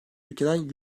ülkeden